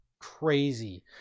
crazy